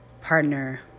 partner